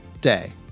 Day